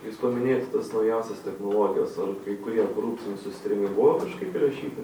jūs paminėjot tas naujausias technologijos ar kai kurie korupciniai susitarimai buvo kažkaip įrašyti